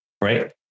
right